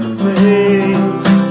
place